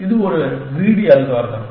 இது ஒரு greedy algorithm